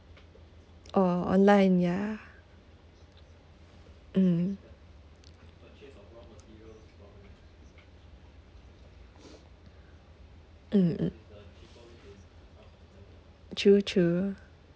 oh online ya mm mm mm true true